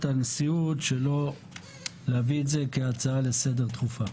הנשיאות שלא להביא את זה כהצעה לסדר דחופה.